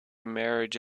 marriage